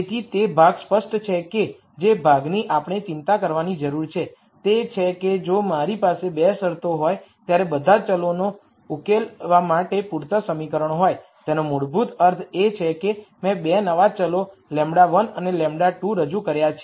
તેથી તે ભાગ સ્પષ્ટ છે કે જે ભાગની આપણે ચિંતા કરવાની જરૂર છે તે છે કે જો મારી પાસે 2 શરતો હોય ત્યારે બધા ચલોને સોલ્યુશનવા માટે પૂરતા સમીકરણો હોય તેનો મૂળભૂત અર્થ એ છે કે મેં 2 નવા ચલો λ૧અને λ2 રજૂ કર્યા છે